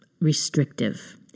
restrictive